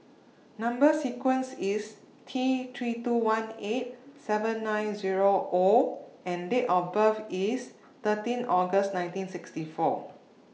Number sequence IS T three two one eight seven nine Zero O and Date of birth IS thirteen August nineteen sixty four